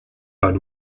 but